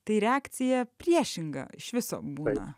tai reakcija priešinga iš viso būna